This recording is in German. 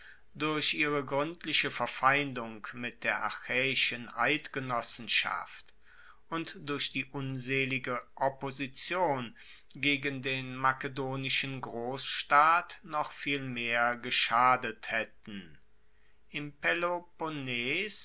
durch ihre gruendliche verfeindung mit der achaeischen eidgenossenschaft und durch die unselige opposition gegen den makedonischen grossstaat noch viel mehr geschadet haetten im peloponnes